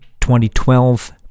2012